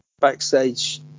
backstage